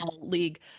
league